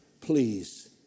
please